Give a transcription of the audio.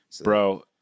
Bro